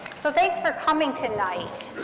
so thanks for coming tonight.